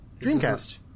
Dreamcast